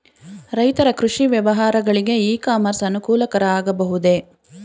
ರೈತರ ಕೃಷಿ ವ್ಯವಹಾರಗಳಿಗೆ ಇ ಕಾಮರ್ಸ್ ಅನುಕೂಲಕರ ಆಗಬಹುದೇ?